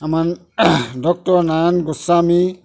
আমাৰ ডক্তৰ নাৰায়ণ গোস্বামী